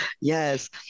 yes